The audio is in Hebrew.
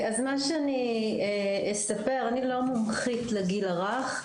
אז אני אספר שאני לא מומחית לגיל הרך,